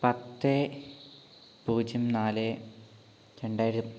പത്ത് പൂജ്യം നാല് രണ്ടായിരം